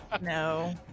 No